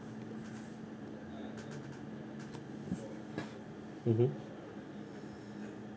mmhmm